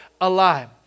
alive